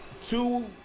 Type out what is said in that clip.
two